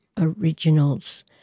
originals